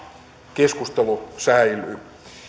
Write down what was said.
keskustelu säilyy